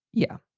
yeah,